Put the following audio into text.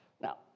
Now